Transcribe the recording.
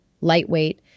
lightweight